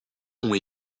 ont